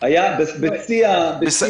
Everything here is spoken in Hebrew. בשיא?